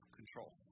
control